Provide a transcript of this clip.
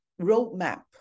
roadmap